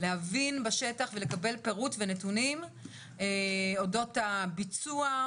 להבין בשטח ולקבל פירוט ונתונים אודות הביצוע,